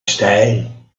style